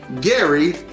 Gary